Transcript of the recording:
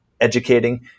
educating